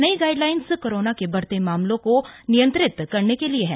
नई guidelines corona के बढ़ते मामलों को नियंत्रित करने के लिए हैं